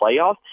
playoffs